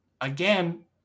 again